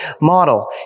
model